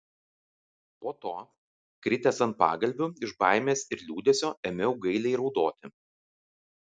po to kritęs ant pagalvių iš baimės ir liūdesio ėmiau gailiai raudoti